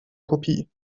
kopie